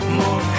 more